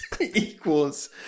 equals